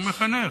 הוא מחנך,